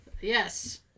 Yes